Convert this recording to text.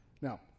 Now